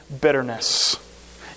bitterness